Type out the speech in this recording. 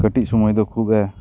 ᱠᱟᱹᱴᱤᱡ ᱥᱳᱢᱳᱭ ᱫᱚ ᱠᱷᱩᱵᱮ